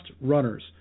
runners